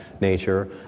nature